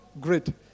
Great